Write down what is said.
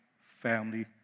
family